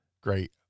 great